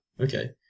okay